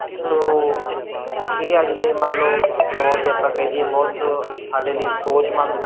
ਸੋ ਇਹ ਅੱਜ ਦੇ ਮੰਨਲੋ ਜੇ ਆਪਾਂ ਕਹਿ ਦਈਏ ਬਹੁਤ ਸਾਡੇ ਲਈ ਸੋਚਮੰਦ